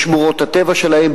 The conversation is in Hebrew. בשמורות הטבע שלהם,